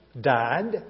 died